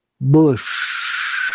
Bush